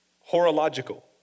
Horological